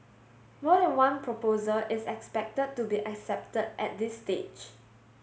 more than one proposal is expected to be accepted at this stage